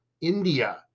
India